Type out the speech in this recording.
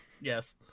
yes